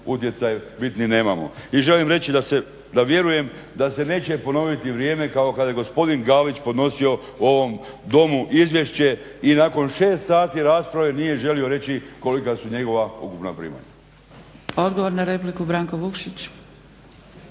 utjecaj bitni nemamo. I želim reći da vjerujem da se neće ponoviti vrijeme kao kada je gospodin Galić podnosio u ovom domu izvješće i nakon 6 sati rasprave nije želio reći kolika su njegova ukupna primanja. **Zgrebec, Dragica